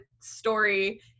story